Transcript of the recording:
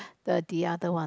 the the other one